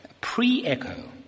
pre-echo